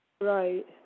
Right